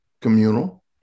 communal